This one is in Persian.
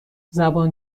زبان